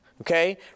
Okay